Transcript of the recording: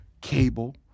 cable